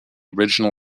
original